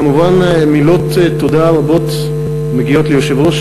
כמובן מילות תודה רבות מגיעות ליושב-ראש